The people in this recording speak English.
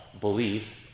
believe